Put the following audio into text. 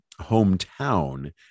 hometown